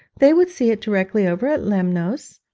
they would see it directly over at lemnos,